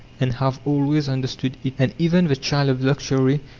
and have always understood it and even the child of luxury,